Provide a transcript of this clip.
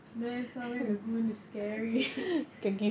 then sun way lagoon is scary